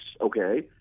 Okay